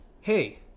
hey